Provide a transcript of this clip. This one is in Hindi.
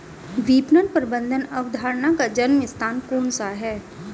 विपणन प्रबंध अवधारणा का जन्म स्थान कौन सा है?